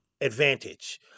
advantage